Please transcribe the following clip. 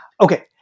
Okay